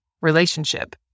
relationship